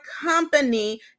company